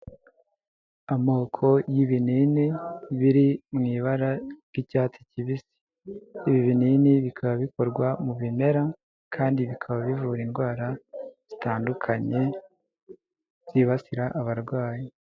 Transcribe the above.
Amoko y'ibinini biri mu ibara ry'icyatsi kibisi, ibi binini bikaba bikorwa mu bimera kandi bikaba bivura indwara zitandukanye zibasira abarwayi.